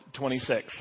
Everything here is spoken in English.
26